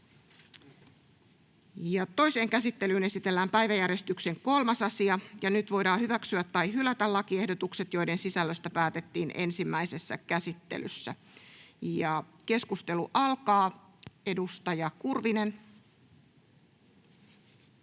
Toiseen käsittelyyn esitellään päiväjärjestyksen 3. asia. Nyt voidaan hyväksyä tai hylätä lakiehdotukset, joiden sisällöstä päätettiin ensimmäisessä käsittelyssä. — Edustaja Kurvinen.